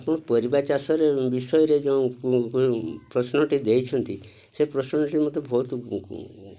ଆପଣ ପରିବା ଚାଷରେ ବିଷୟରେ ଯେଉଁ ପ୍ରଶ୍ନଟି ଦେଇଛନ୍ତି ସେ ପ୍ରଶ୍ନଟି ମୋତେ ବହୁତ